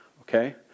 okay